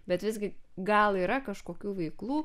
bet visgi gal yra kažkokių veiklų